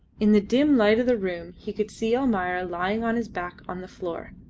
in the dim light of the room he could see almayer lying on his back on the floor,